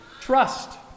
trust